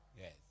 Yes